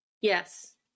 yes